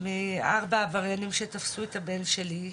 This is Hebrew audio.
מארבעה עבריינים שתפסו את הבן שלי,